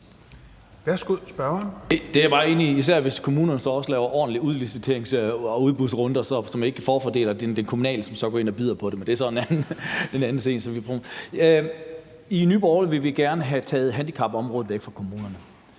er jeg meget enig i, især hvis kommunerne så også laver ordentlig udlicitering og ordentlige udbudsrunder, så man ikke forfordeler det kommunale, som så går ind og byder på det, men det er så en anden ting. I Nye Borgerlige vil vi gerne have taget handicapområdet væk fra kommunerne.